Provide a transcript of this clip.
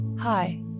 Hi